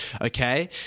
Okay